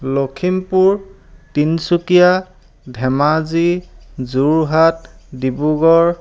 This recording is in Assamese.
লখিমপুৰ তিনিচুকীয়া ধেমাজি যোৰহাট ডিব্ৰুগড়